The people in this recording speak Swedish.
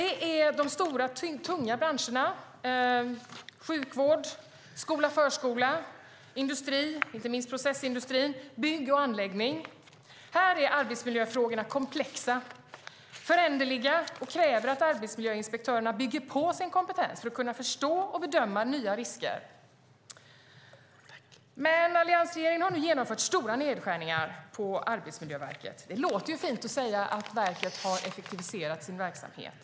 Det handlar om de stora, tunga branscherna som sjukvård, skola och förskola, industri - inte minst processindustrin - bygg och anläggning. Här är arbetsmiljöfrågorna komplexa och föränderliga och kräver att arbetsmiljöinspektörerna bygger på sin kompetens för att kunna förstå och bedöma nya risker. Alliansregeringen har dock genomfört stora nedskärningar på Arbetsmiljöverket. Det låter fint att säga att verket har effektiviserat sin verksamhet.